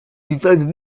decided